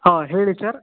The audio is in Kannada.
ಹಾಂ ಹೇಳಿ ಸರ್